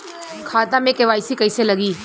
खाता में के.वाइ.सी कइसे लगी?